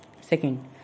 second